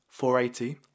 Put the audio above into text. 480